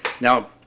Now